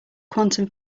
quantum